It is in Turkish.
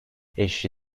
eşi